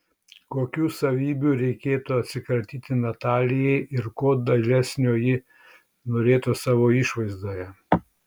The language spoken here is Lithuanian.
kokių savybių reikėtų atsikratyti natalijai ir ko dailesnio ji norėtų savo išvaizdoje